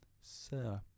Sir